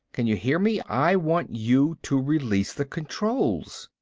can you hear me? i want you to release the controls.